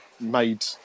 made